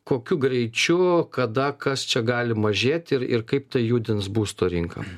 kokiu greičiu kada kas čia gali mažėti ir ir kaip tai judins būsto rinką